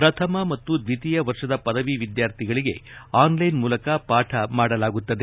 ಪ್ರಥಮ ಮತ್ತು ದ್ವಿತೀಯ ವರ್ಷದ ಪದವಿ ವಿದ್ಯಾರ್ಥಿಗಳಿಗೆ ಆನ್ ಲೈನ್ ಮೂಲಕ ಪಾಠ ಮಾಡಲಾಗುತ್ತದೆ